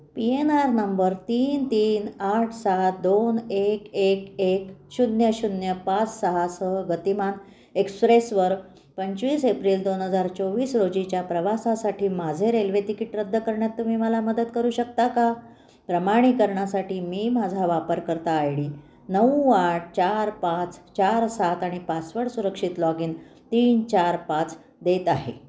P N R number तीन तीन आठ सहा दोन एक एक एक शून्य शून्य पाच सहा सह गतिमान एक्सप्रेसवर पंचवीस एप्रिल दोन हजार चोवीस रोजीच्या प्रवासासाठी माझे रेल्वे तिकीट रद्द करण्यात तुम्ही मला मदत करू शकता का प्रमाणीकरणासाठी मी माझा वापरकर्ता आय डी नऊ आठ चार पाच चार सात आणि पासवर्ड सुरक्षित लॉग इन तीन चार पाच देत आहे